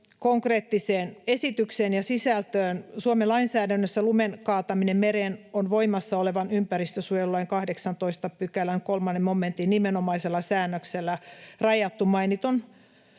konkreettiseen esitykseen ja sisältöön: Suomen lainsäädännössä lumen kaataminen mereen on voimassa olevan ympäristönsuojelulain 18 §:n 3 momentin nimenomaisella säännöksellä rajattu mainitun